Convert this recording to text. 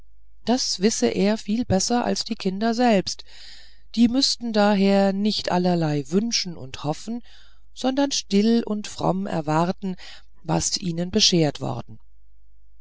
das wisse er viel besser als die kinder selbst die müßten daher nicht allerlei wünschen und hoffen sondern still und fromm erwarten was ihnen beschert worden